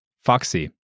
Foxy